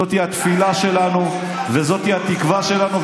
זאת היא התפילה שלנו, וזאת היא התקווה שלנו.